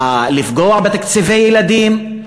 לפגוע בתקציבי ילדים?